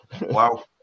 Wow